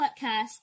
podcast